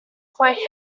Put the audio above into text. quite